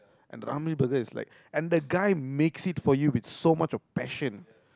and Ramly Burger is like and the guy makes it for you with so much of passion